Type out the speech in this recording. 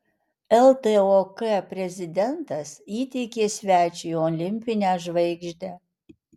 ltok prezidentas įteikė svečiui olimpinę žvaigždę